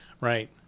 Right